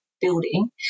building